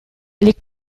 les